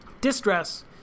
distress